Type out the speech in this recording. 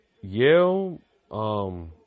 Yale